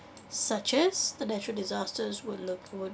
such as the natural disasters will look will